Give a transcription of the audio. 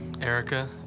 Erica